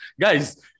Guys